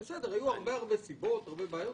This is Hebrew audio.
בסדר, היו הרבה סיבות, הרבה בעיות.